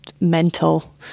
mental